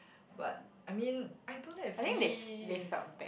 but I mean I don't have leave